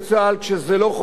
אני פיקדתי עליהם.